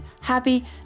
happy